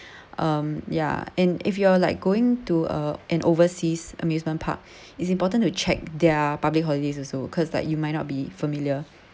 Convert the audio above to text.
um ya and if you are like going to a an overseas amusement park it's important to check their public holidays also cause like you might not be familiar